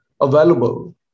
Available